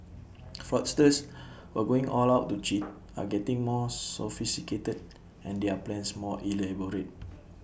fraudsters who are going all out to cheat are getting more sophisticated and their plans more elaborate